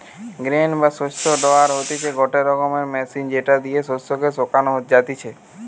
grain বা শস্য dryer হতিছে গটে রকমের মেশিন যেটি দিয়া শস্য কে শোকানো যাতিছে